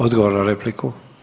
Odgovor na repliku.